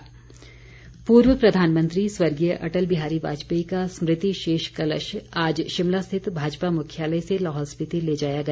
विसर्जन पूर्व प्रधानमंत्री स्वर्गीय अटल बिहारी वाजपेयी का स्मृति शेष कलश आज शिमला स्थित भाजपा मुख्यालय से लाहौल स्पीति ले जाया गया